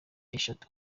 eshatu